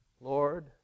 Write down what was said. Lord